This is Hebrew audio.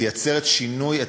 תייצר שינוי,